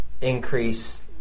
increase